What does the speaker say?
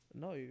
no